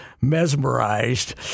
mesmerized